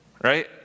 Right